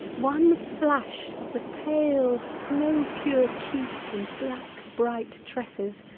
one flash of the pale, snow-pure cheek and black bright tresses,